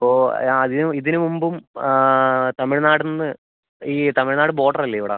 അപ്പോൾ ആദ്യം ഇതിന് മുമ്പും തമിഴ്നാടുനിന്ന് ഈ തമിഴ്നാട് ബോർഡർ അല്ലേ ഇവിടെ